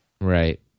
Right